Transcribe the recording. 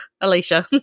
Alicia